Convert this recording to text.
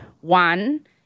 One